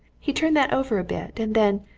he turned that over a bit, and then,